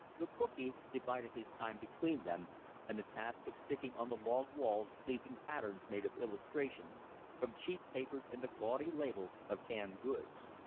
the cookee divided his time between them and the task of sticking on the log walls pleasing patterns made of illustrations from cheap papers and the gaudy labels of canned goods.